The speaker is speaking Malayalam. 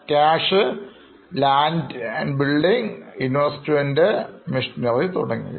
cash land building investment machineryതുടങ്ങിയവ